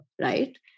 right